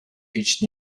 pitched